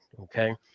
okay